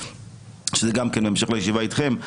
וזה בהמשך לישיבה איתכם.